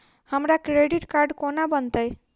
हमरा credit card कोना बनतै?